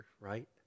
right